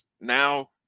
Now